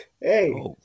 hey